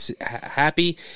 happy